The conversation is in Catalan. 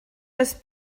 les